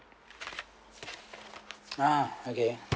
ah okay